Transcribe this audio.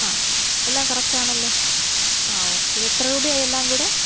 ആ എല്ലാം കറക്റ്റ് ആണല്ലോ ആ ഓക്കെ ഇത് എത്ര രൂപയായി എല്ലാം കൂടെ